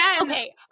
okay